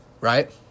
right